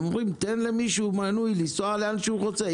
הטענה היא שצריך לתת לאדם מנוי שיוכל לנסוע לאן שהוא רוצה.